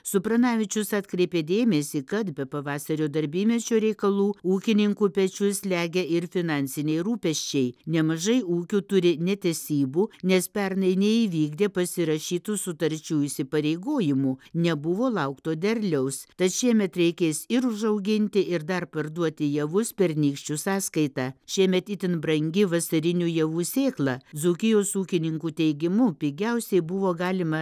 supranavičius atkreipė dėmesį kad be pavasario darbymečio reikalų ūkininkų pečius slegia ir finansiniai rūpesčiai nemažai ūkių turi netesybų nes pernai neįvykdė pasirašytų sutarčių įsipareigojimų nebuvo laukto derliaus tad šiemet reikės ir užauginti ir dar parduoti javus pernykščių sąskaita šiemet itin brangi vasarinių javų sėkla dzūkijos ūkininkų teigimu pigiausiai buvo galima